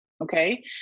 okay